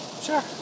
Sure